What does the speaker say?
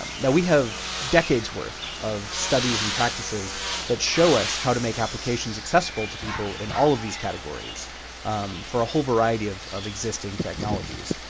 um now we have decades worth of studies and practices that show us how to make applications accessible to people in all of these categories for a whole variety of of existing technologies.